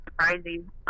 surprising